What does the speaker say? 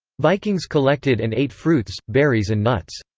vikings collected and ate fruits, berries and nuts.